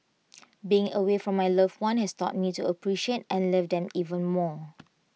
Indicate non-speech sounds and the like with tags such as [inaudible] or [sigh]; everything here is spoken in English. [noise] being away from my loved ones has taught me to appreciate and love them even more